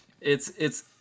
it's—it's